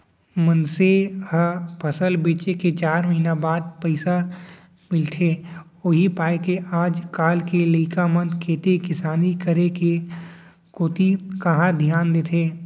मनसे ल फसल बेचे के चार महिना बाद पइसा मिलथे उही पायके आज काल के लइका मन खेती किसानी करे कोती कहॉं धियान देथे